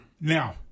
Now